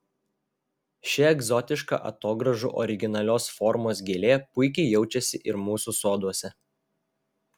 ši egzotiška atogrąžų originalios formos gėlė puikiai jaučiasi ir mūsų soduose